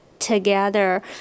together